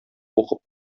укып